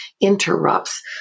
interrupts